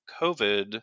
COVID